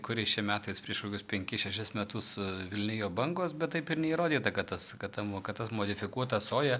kuriais čia metais prieš kokius penkis šešis metus vilnijo bangos bet taip ir neįrodyta kad tas kad tam kad tas modifikuota soja